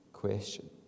question